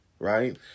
Right